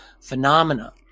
phenomena